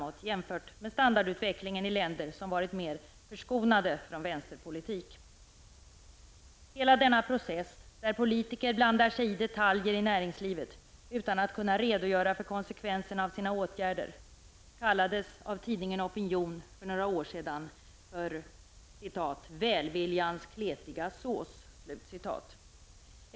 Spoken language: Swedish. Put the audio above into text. Detta jämfört med standardutvecklingen i länder som varit mer förskonade från vänsterpolitik. Hela denna process där politiker blandar sig i detaljer i näringslivet utan att kunna redogöra för konsekvenserna av sina åtgärder, kallades av tidningen Opion för några år sedan för ''välviljans kletiga sås''.